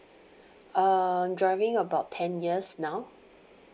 err driving about ten years now